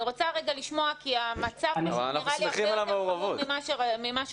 אני רוצה רגע לשמוע כי המצב פשוט נראה לי הרבה יותר חמור ממה שחשבתי.